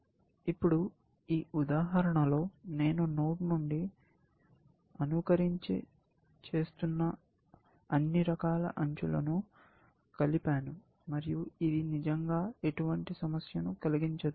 ఇప్పుడు ఈ ఉదాహరణలో నేను నోడ్ నుండి అనుకరించే చేస్తున్న అన్ని రకాల అంచులను కలిపాను మరియు ఇది నిజంగా ఎటువంటి సమస్యను కలిగించదు